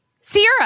Sierra